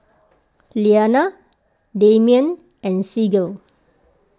Iliana Demian and Sigurd